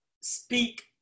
speak